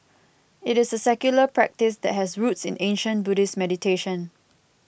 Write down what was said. it is a secular practice that has roots in ancient Buddhist meditation